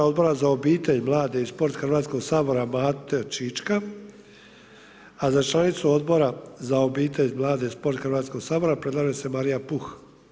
Odbora za obitelj, mlade i sport Hrvatskog sabora Mate Čička a za članicu Odbora za obitelj, mlade i sport Hrvatskog sabora predlaže se Marija Puh.